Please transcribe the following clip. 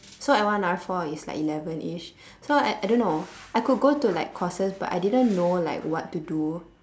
so L one R four is like elevenish so I I don't know I could go to like courses but I didn't know like what to do